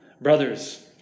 Brothers